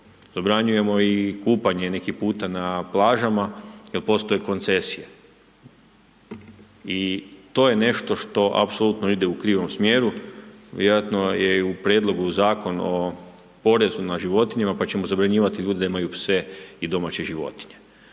Zabranjujemo i kupanje neki puta na plažama jer postoje koncesije i to je nešto što apsolutno ide u krivom smjeru. Vjerojatno je i u prijedlogu Zakona o porezu na životinje, pa ćemo zabranjivati ljudima da imaju pse i domaće životinje.